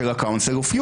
לשלם הקרוב.